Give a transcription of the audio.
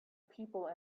people